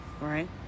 right